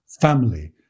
family